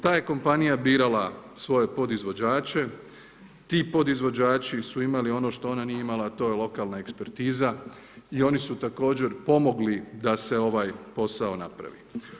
Ta je kompanija birala svoje podizvođače, ti podizvođači su imali ono što ona nije imala, a to je lokalna ekspertiza i oni su također pomogli da se ovaj posao napravi.